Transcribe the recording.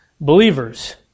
believers